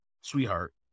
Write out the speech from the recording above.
sweetheart